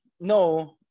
no